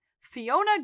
Fiona